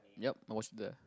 yup I was there